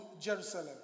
Jerusalem